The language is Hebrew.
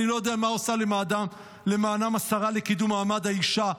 אני לא יודע מה עושה למענם השרה לקידום מעמד האישה,